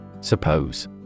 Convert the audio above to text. Suppose